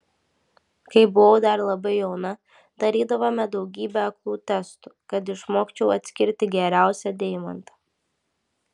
kai buvau dar labai jauna darydavome daugybę aklų testų kad išmokčiau atskirti geriausią deimantą